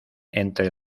entre